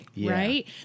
right